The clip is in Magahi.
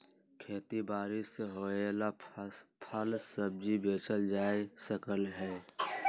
खेती बारी से होएल फल सब्जी बेचल जा सकलई ह